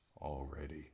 already